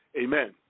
Amen